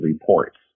reports